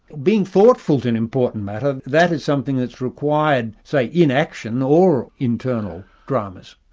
being thoughtful is an important matter that is something that's required say, in action or internal dramas.